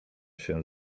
się